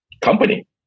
company